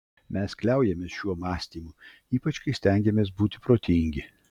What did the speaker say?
mes kliaujamės šiuo mąstymu ypač kai stengiamės būti protingi